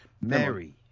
Mary